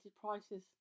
prices